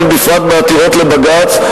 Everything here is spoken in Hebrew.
ובפרט בעתירות לבג"ץ,